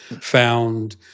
found